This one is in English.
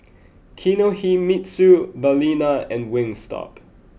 Kinohimitsu Balina and Wingstop